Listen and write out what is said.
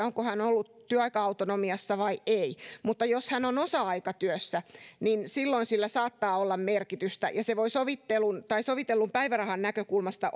onko hän ollut työaika autonomiassa vai ei mutta jos hän on osa aikatyössä niin silloin sillä saattaa olla merkitystä ja se voi sovitellun päivärahan näkökulmasta